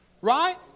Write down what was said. Right